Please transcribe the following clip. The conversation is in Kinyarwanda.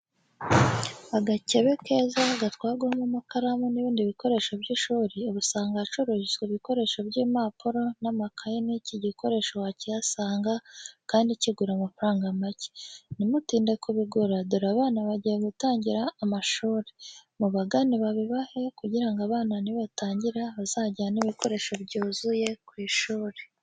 Agakebe keza gatwarwamo amakaramu n'ibindi bikoresho by'ishuri ubisanga ahacururizwa ibikoresho by'impapuro n'amakayi n'iki gikoresho wakihasanga, kandi kigura amafaranga make. Ntimutinde kubigura dore abana bagiye gutangira amashuri. Mubagane babibahe kugira ngo abana nibatangira bazajyane ibikoresho byuzuye ku ishuri.